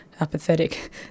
apathetic